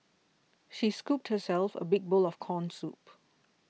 she scooped herself a big bowl of Corn Soup